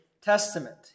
Testament